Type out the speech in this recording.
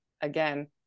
again